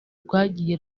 rwagiye